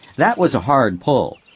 that was a hard pull.